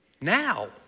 Now